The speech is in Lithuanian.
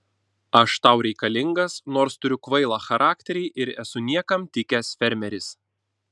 aš tau reikalingas nors turiu kvailą charakterį ir esu niekam tikęs fermeris